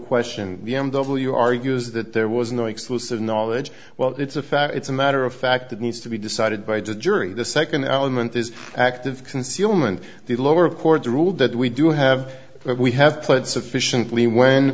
question b m w argues that there was no exclusive knowledge well it's a fact it's a matter of fact that needs to be decided by the jury the second element is active concealment the lower court ruled that we do have we have played sufficiently when